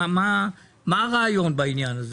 מה הרעיון בעניין הזה?